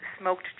smoked